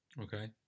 okay